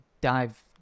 dive